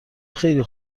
خیلی